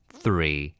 three